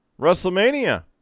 WrestleMania